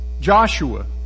Joshua